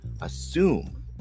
assume